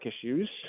issues